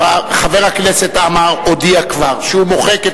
חבר הכנסת עמאר הודיע כבר שהוא מוחק את